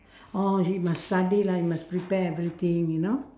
or he must study lah he must prepare everything you know